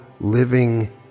living